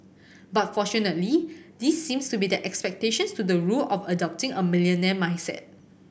but fortunately these seems to be the exceptions to the rule of adopting a millionaire mindset